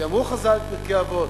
כי אמרו חז"ל, בפרקי אבות: